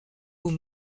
aux